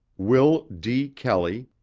will d. kelley,